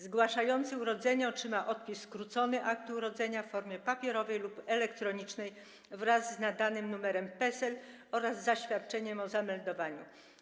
Zgłaszający urodzenie otrzyma odpis skrócony aktu urodzenia w formie papierowej lub elektronicznej wraz z nadanym numerem PESEL oraz zaświadczeniem o zameldowaniu.